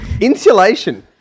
insulation